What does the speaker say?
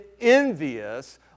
envious